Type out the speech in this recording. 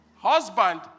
Husband